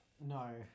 no